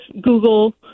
Google